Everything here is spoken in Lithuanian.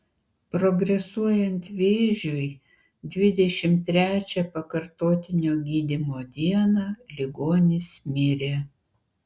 progresuojant vėžiui dvidešimt trečią pakartotinio gydymo dieną ligonis mirė